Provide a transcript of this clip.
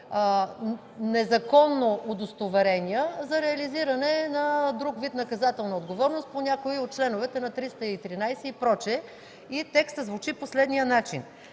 незаконно удостоверения за реализиране на друг вид наказателна отговорност по някои от членовете – 313 и прочее. След нанасянето на